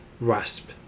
RASP